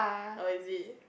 oh is it